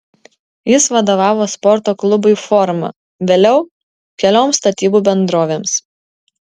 jis vadovavo sporto klubui forma vėliau kelioms statybų bendrovėms